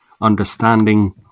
understanding